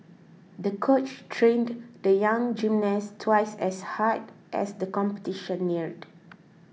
the coach trained the young gymnast twice as hard as the competition neared